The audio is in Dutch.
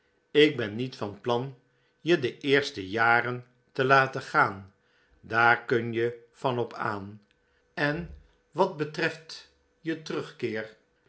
ik ben niet van plan je de eerste jaren te laten gaan daar kun je van op aan en wat betreft je terugkeer